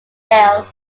ile